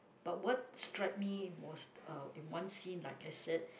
but what strike me was uh in one scene like I said